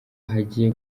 hagiye